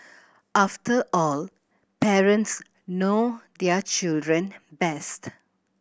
after all parents know their children best